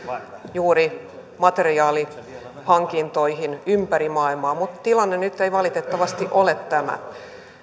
juuri materiaalihankintoihin ympäri maailmaa mutta tilanne nyt ei valitettavasti ole tämä